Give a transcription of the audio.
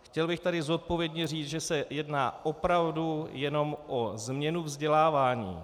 Chtěl bych tady zodpovědně říct, že se jedná opravdu jenom o změnu vzdělávání.